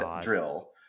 drill